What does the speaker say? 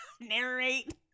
narrate